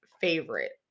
favorite